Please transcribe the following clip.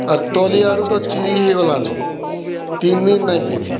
ଆର୍ ତଲି ଆଡ଼ୁ ତ ଚିରି ହେଇଗଲା ନ ତିନ୍ ଦିନ୍ ନାଇଁ ପିନ୍ଧି